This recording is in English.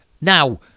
Now